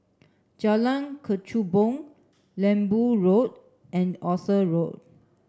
wvdxJalan Kechubong Lembu Road and Arthur Road